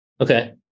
Okay